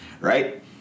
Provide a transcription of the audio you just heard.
right